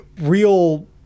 real